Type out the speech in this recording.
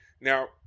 Now